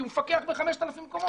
כי הוא מפקח ב-5,000 מקומות.